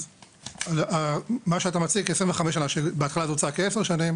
אז מה שאתה מציג כ-25 שנה ושבהתחלה זה הוצג כ-10 שנים